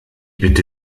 bitte